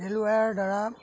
ৰেলৱায়াৰৰদ্বাৰা